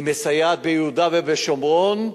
היא מסייעת ביהודה ובשומרון,